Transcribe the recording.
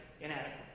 inadequate